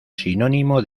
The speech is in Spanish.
sinónimo